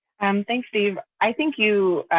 um thanks, steve. i think you